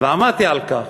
ועמדתי על כך.